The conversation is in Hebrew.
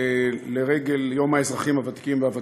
לרגל יום האזרחים הוותיקים והוותיקות.